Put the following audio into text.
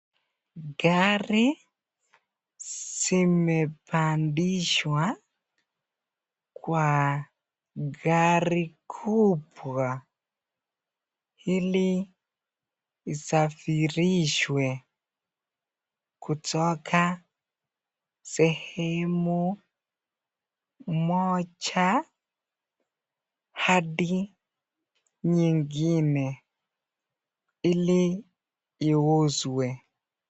Gari zimepandishwa kwa gari kubwa ili isafirishwe kutoka sehemu moja hadi nyingine ili iuzwe.